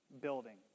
building